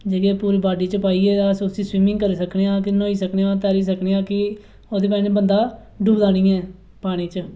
ते जेह्के पूरी बॉडी च पाइयै अस स्विमिंग करी सकने आं तैरी सकने आं की के ओह्दी बजह कन्नै बंदा डुबदा निं ऐ पानी च